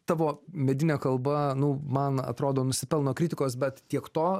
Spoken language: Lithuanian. tavo medinė kalba nu man atrodo nusipelno kritikos bet tiek to